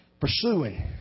Pursuing